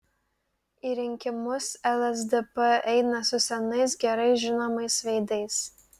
į rinkimus lsdp eina su senais gerai žinomais veidais